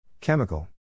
Chemical